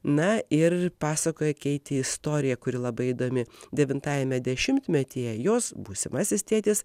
na ir pasakojo keiti istoriją kuri labai įdomi devintajame dešimtmetyje jos būsimasis tėtis